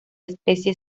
especie